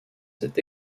cet